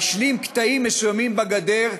להשלים קטעים מסוימים בגדר,